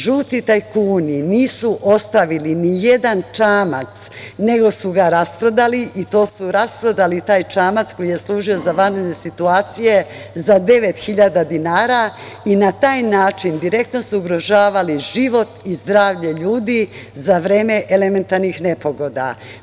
Žuti tajkuni nisu ostavili ni jedan čamac, nego su ga rasprodali i to su rasprodali te čamce koji su služili za vanredne situacije, za 9.000 dinara i na taj način su direktno ugrožavali život i zdravlje ljude za vreme elementarnih nepogoda.